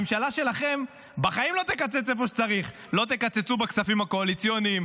הממשלה שלכם בחיים לא תקצץ איפה שצריך: לא תקצצו בכספים הקואליציוניים,